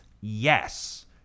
Yes